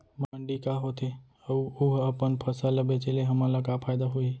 मंडी का होथे अऊ उहा अपन फसल ला बेचे ले हमन ला का फायदा होही?